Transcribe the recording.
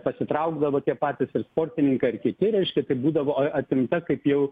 pasitraukdavo tie patys ir sportininkai ar kiti reiškia tai būdavo atimta kaip jau